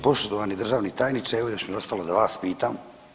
Poštovani državni tajniče evo još mi ostalo da vas pitam.